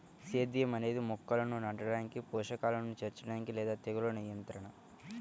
సేద్యం అనేది మొక్కలను నాటడానికి, పోషకాలను చేర్చడానికి లేదా తెగులు నియంత్రణ